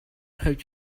have